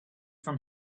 from